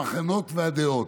המחנות והדעות.